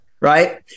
Right